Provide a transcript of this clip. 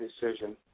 decision